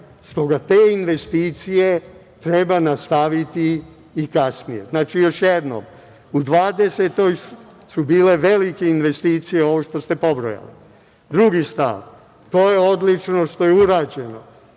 Stoga te investicije treba nastaviti i kasnije. Znači, još jednom, u 2020. godini su bile velike investicije, ovo što ste pobrojali. Drugi stav, to je odlično što je urađeno.